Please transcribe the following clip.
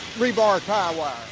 rebar tie wire.